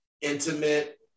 intimate